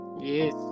Yes